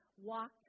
walked